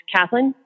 Kathleen